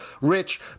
Rich